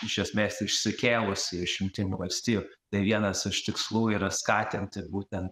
iš esmės išsikėlusi iš jungtinių valstijų tai vienas iš tikslų yra skatinti būtent